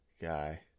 guy